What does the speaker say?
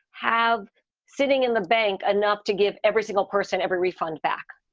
have sitting in the bank enough to give every single person every refund back.